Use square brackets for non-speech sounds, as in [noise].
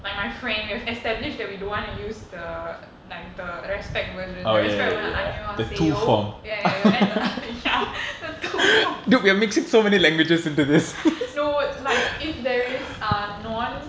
like my friend we've established that we don't want to the like the respect version the respect one ya ya ya [laughs] ya the no like if there is a non